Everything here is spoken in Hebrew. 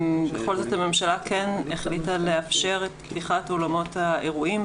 בכל זאת הממשלה כן החליטה לאפשר את פתיחת אולמות האירועים,